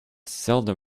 seldom